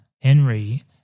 Henry